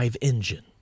engine